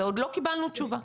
ועוד לא קיבלנו תשובה.